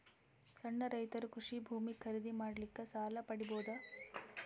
ಸಣ್ಣ ರೈತರು ಕೃಷಿ ಭೂಮಿ ಖರೀದಿ ಮಾಡ್ಲಿಕ್ಕ ಸಾಲ ಪಡಿಬೋದ?